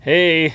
Hey